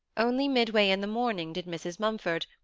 only midway in the morning did mrs. mumford,